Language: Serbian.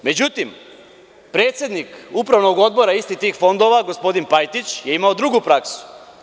Međutim predsednik upravnog odbora istih ti fondova, gospodin Pajtić je imao drugu praksu.